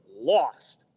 lost